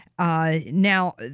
Now